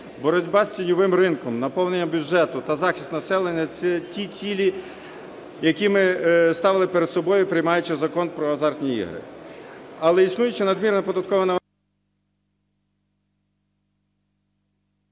Боротьба з тіньовим ринком, наповнення бюджету та захист населення – це ті цілі, які ми ставили перед собою, приймаючи Закон про азартні ігри.